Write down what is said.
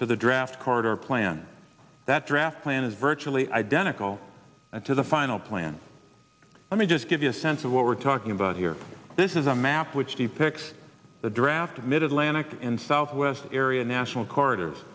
to the draft carter plan that draft plan is virtually identical to the final plan let me just give you a sense of what we're talking about here this is a map which depicts the draft mid atlantic and southwest area national corridors